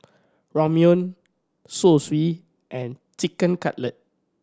Ramyeon Zosui and Chicken Cutlet